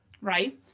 Right